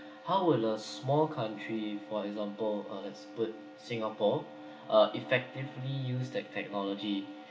how will a small country for example uh let's put singapore uh effectively use that technology